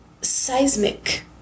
seismic